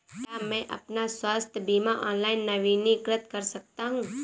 क्या मैं अपना स्वास्थ्य बीमा ऑनलाइन नवीनीकृत कर सकता हूँ?